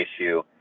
issue